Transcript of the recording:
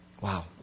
Wow